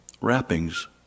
wrappings